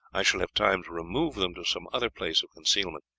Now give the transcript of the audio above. i shall have time to remove them to some other place of concealment.